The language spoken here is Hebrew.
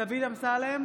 דוד אמסלם,